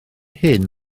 hyn